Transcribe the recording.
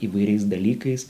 įvairiais dalykais